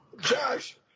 Josh